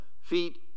feet